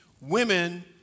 Women